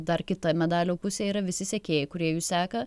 dar kita medalio pusė yra visi sekėjai kurie jus seka